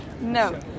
No